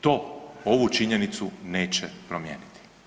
To ovu činjenicu neće promijeniti.